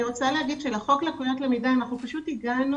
אני רוצה להגיד שלחוק לקויות למידה של הסטודנטים